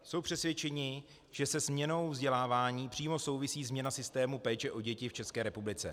Jsou přesvědčeni, že se změnou vzdělávání přímo souvisí změna systému péče o děti v České republice.